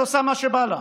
שעושה מה שבא לה.